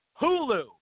Hulu